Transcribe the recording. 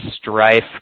strife